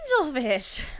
Angelfish